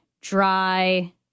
dry